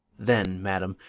then, madam,